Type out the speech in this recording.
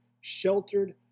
sheltered